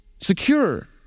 Secure